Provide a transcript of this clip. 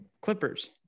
Clippers